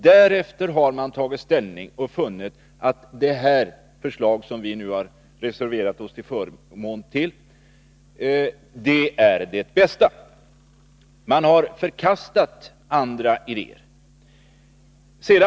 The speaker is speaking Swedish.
Därefter har man funnit att detta förslag, som vi nu har reserverat oss till förmån för, är det bästa. Man har förkastat andra idéer.